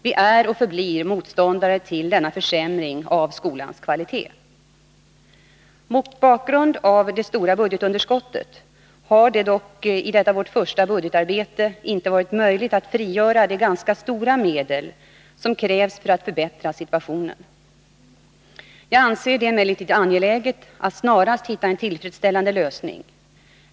Vi är och förblir motståndare till denna försämring av skolans kvalitet. Mot bakgrund av det stora budgetunderskottet har det dock i detta vårt första budgetarbete inte varit möjligt att frigöra de ganska stora medel som krävs för att förbättra situationen. Jag anser det emellertid angeläget att snarast hitta en tillfredsställande lösning.